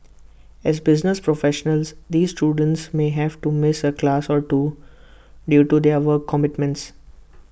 as business professionals these students may have to miss A class or two due to their work commitments